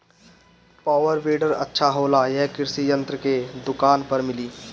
Power weeder अच्छा होला यह कृषि यंत्र के दुकान पर मिली?